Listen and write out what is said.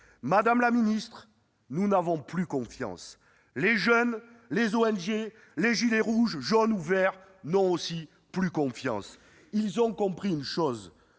Madame la ministre, nous n'avons plus confiance. Les jeunes, les ONG, les gilets rouges, jaunes ou verts n'ont plus confiance non plus. Ils ont compris une chose